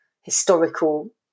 historical